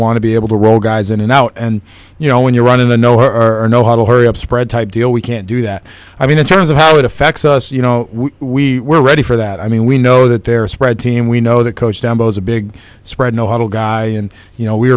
want to be able to roll guys in and out and you know when you're running the no urn no hurry up spread type deal we can't do that i mean in terms of how it affects us you know we were ready for that i mean we know that they're spread team we know the coach dumbos a big spread know how to guy and you know we